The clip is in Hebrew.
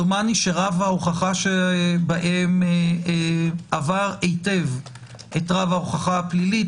דומני שרף ההוכחה שבהם עבר היטב את רף ההוכחה הפלילית,